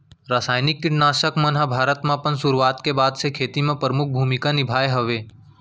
रासायनिक किट नाशक मन हा भारत मा अपन सुरुवात के बाद से खेती मा परमुख भूमिका निभाए हवे